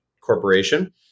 corporation